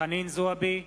חנין זועבי,